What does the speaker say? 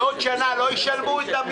בעוד שנה לא ישלמו את המיליארד שקל?